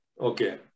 Okay